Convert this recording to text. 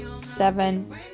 seven